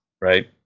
Right